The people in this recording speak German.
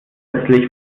letztlich